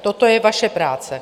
Toto je vaše práce.